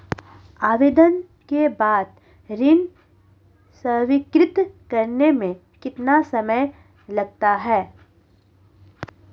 आवेदन के बाद ऋण स्वीकृत करने में कितना समय लगता है?